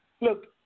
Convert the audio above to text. look